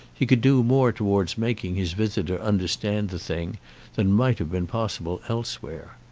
he could do more towards making his visitor understand the thing than might have been possible elsewhere.